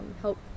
help